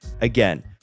Again